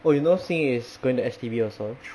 oh you know xin yu is going to S_T_B also